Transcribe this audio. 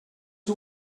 you